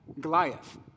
Goliath